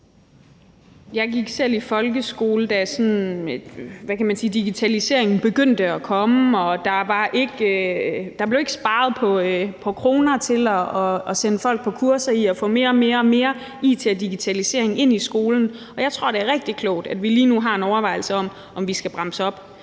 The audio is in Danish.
Jeg gik selv i folkeskole, da digitaliseringen sådan begyndte at komme, og der blev ikke sparet på kroner til at sende folk på kurser i at få mere og mere it og digitalisering ind i skolen, og jeg tror, det er rigtig klogt, at vi lige nu har en overvejelse af, om vi skal bremse op.